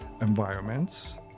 environments